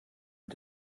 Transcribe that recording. mit